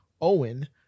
Owen